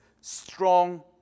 strong